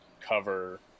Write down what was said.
cover